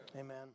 Amen